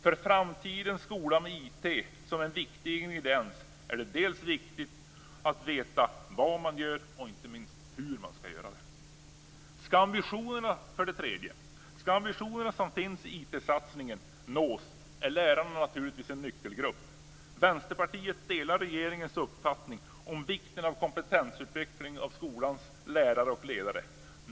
För framtidens skola med IT som en viktig ingrediens är det viktigt att veta både vad man gör och inte minst hur man skall göra det. För det tredje: Skall ambitionerna som finns i IT satsningen nås är lärarna naturligtvis en nyckelgrupp. Vänsterpartiet delar regeringens uppfattning om vikten av kompetensutveckling av skolans lärare och ledare.